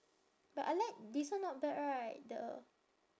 but I like this one not bad right the